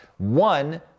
One